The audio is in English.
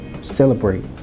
Celebrate